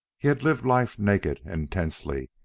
he had lived life naked and tensely,